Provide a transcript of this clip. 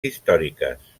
històriques